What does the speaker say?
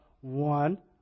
one